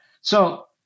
So-